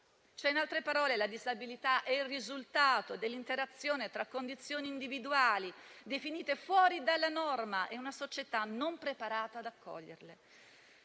In altre parole, la disabilità è il risultato dell'interazione tra condizioni individuali, definite fuori dalla norma, e una società non preparata ad accoglierle.